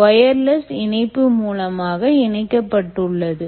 wireless இணைப்பு மூலமாக இணைக்கப்பட்டுள்ளது